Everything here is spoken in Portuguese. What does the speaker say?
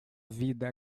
vida